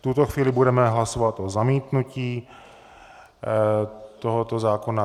V tuto chvíli budeme hlasovat o zamítnutí tohoto zákona.